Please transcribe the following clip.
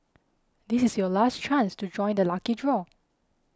this is your last chance to join the lucky draw